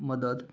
मदत